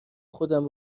خودم